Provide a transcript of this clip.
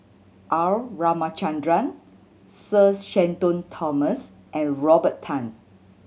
R Ramachandran Sir Shenton Thomas and Robert Tan